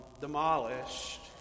demolished